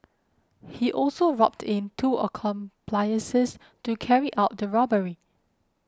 he also roped in two accomplices to carry out the robbery